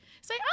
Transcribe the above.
say